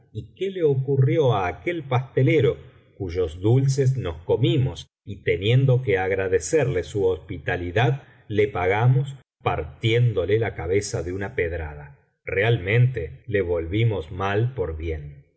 qué le ocurrió á aquel pastelero cuyos dulces nos comimos y teniendo que agradecerle su hospitalidad ie pagamos partiéndole la cabeza de una pedrada realmente le volvimos mal por bien y